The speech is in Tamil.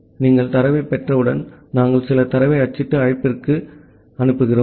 நீங்கள் தரவைப் பெற்றவுடன் நாங்கள் சில தரவை அச்சிட்டு அழைப்பிற்கு அனுப்புகிறோம்